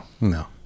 no